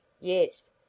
Yes